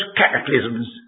cataclysms